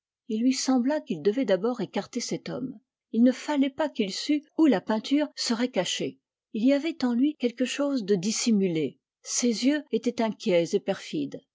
il lui sembla qu'il devait d'abord écarter cet homme il ne fallait pas qu'il sût où la peinture serait cachée il y avait en lui quelque chose de dissimulé ses yeux étaient inquiets et perfides